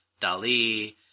Dali